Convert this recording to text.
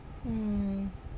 mm